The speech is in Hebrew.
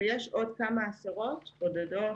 ויש עוד כמה עשרות בודדות